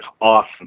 awesome